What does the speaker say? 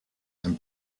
and